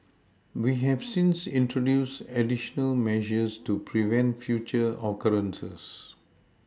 we have since introduced additional measures to prevent future occurrences